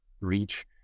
reach